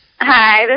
Hi